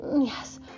yes